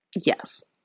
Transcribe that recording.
Yes